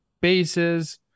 bases